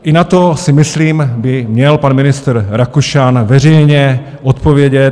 I na to by myslím měl pan ministr Rakušan veřejně odpovědět.